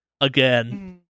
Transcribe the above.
Again